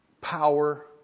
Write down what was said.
power